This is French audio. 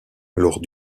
lors